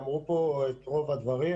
אמרו פה את רוב הדברים,